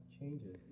changes